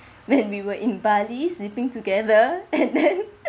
when we were in bali sleeping together and then